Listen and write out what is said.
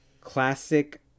classic